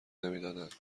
نمیدادند